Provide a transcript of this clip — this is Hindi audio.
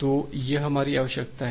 तो यह हमारी आवश्यकता है